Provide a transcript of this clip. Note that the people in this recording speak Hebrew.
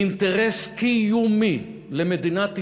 אינטרס קיומי למדינת ישראל,